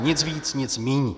Nic víc, nic míň.